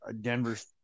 Denver's